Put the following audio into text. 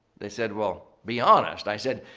they said, well, be honest. i said,